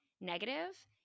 negative